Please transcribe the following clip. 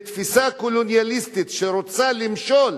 מתפיסה קולוניאליסטית שרוצה למשול,